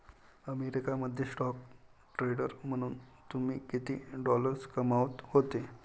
America मध्ये stock trader म्हणून तुम्ही किती डॉलर्स कमावत होते